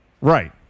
Right